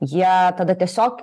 jie tada tiesiog